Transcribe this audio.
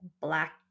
black